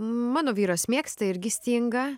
mano vyras mėgsta irgi stingą